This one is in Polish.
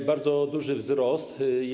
To bardzo duży wzrost.